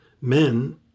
men